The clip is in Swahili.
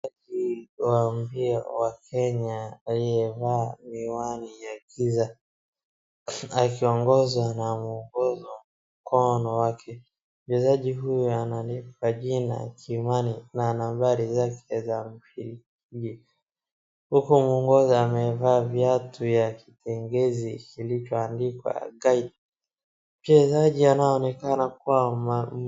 Mchezaji wa mbio wa Kenya aliyevaa miwani ya giza, akiongozwa na mwongozo mkono wake, mchezaji huyu ana nembo ya jina Kimani na nambari zake za kushiriki, huku mwongozi amevaa viatu yake na jezi iliyoandikwa guide , mchezaji anaonekana kuwa ma.